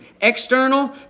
External